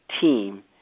team